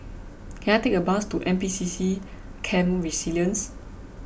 can I take a bus to N P C C Camp Resilience